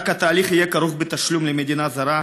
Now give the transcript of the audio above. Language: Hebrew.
רק התהליך יהיה כרוך בתשלום למדינה זרה,